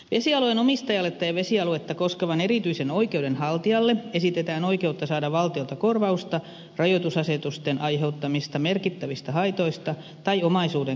vesialueen omistajalle tai vesialuetta koskevan erityisen oikeuden haltijalle esitetään oikeutta saada valtiolta korvausta rajoitusasetusten aiheuttamista merkittävistä haitoista tai omaisuuden käytön rajoituksista